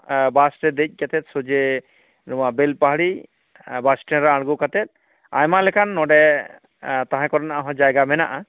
ᱵᱟᱥᱛᱮ ᱫᱮᱡ ᱠᱟᱛᱮᱫ ᱥᱚᱡᱽᱦᱮ ᱱᱚᱣᱟ ᱵᱮᱞᱯᱟᱦᱟᱲᱤ ᱵᱟᱥ ᱥᱴᱮᱱᱰ ᱨᱮ ᱟᱬᱜᱚ ᱠᱟᱛᱮᱫ ᱟᱭᱢᱟ ᱞᱮᱠᱟᱱ ᱱᱚᱰᱮ ᱛᱟᱦᱮᱸ ᱠᱚᱨᱮᱱᱟᱜ ᱦᱚᱸ ᱡᱟᱭᱜᱟ ᱢᱮᱱᱟᱜᱼᱟ